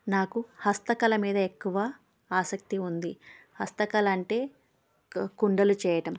నాకు హస్తకళ మీద ఎక్కువ ఆసక్తి ఉంది హస్తకళ అంటే కుండలు చేయడం